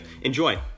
enjoy